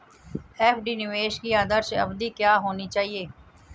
FD निवेश की आदर्श अवधि क्या होनी चाहिए?